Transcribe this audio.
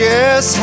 Yes